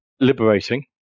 liberating